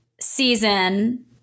season